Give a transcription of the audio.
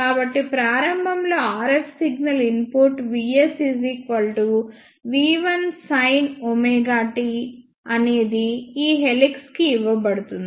కాబట్టి ప్రారంభంలో RF signal input VsV1sin ωt అనేది ఈ హెలిక్స్ కి ఇవ్వబడుతుంది